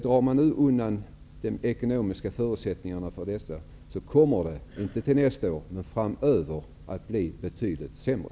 Drar man nu undan de ekonomiska förutsättningarna för fiskevård, kommer det framöver att bli betydligt sämre.